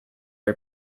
are